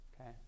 okay